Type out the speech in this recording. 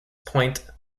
point